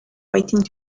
waiting